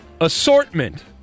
assortment